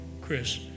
Chris